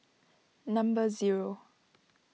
number zero